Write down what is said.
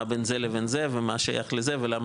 מה בין זה לבין זה ומה שייך לזה ולמה